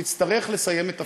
תצטרך לסיים את תפקידך.